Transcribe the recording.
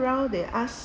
around they ask